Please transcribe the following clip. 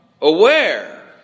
aware